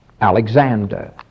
Alexander